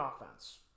offense